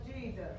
Jesus